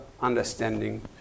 understanding